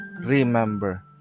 Remember